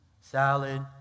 Salad